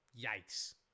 Yikes